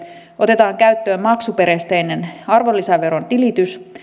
otetaan käyttöön maksuperusteinen arvonlisäveron tilitys